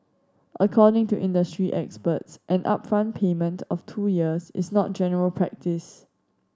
according to industry experts an upfront payment of two years is not general practise